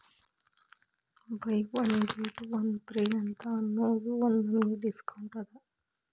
by one get one free ಅಂತ್ ಅನ್ನೂದು ಒಂದ್ ನಮನಿ ಡಿಸ್ಕೌಂಟ್ ಅದ